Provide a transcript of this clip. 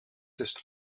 ist